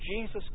Jesus